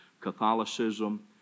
Catholicism